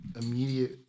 immediate